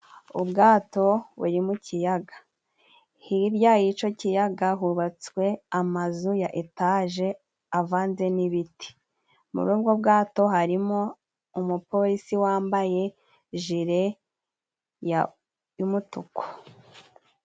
Ubwato buri mu kiyaga, hirya y'ico kiyaga hubatswe amazu ya Etaje avanze n'ibiti, muri ubwo bwato harimo umupolisi wambaye jire y'umutuku.